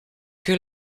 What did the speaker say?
que